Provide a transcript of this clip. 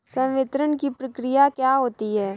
संवितरण की प्रक्रिया क्या होती है?